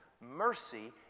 Mercy